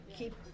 keep